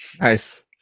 Nice